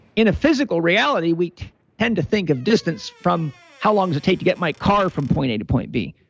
in a physical reality, we tend to think of distance from how long does it take to get my car from point a to point b.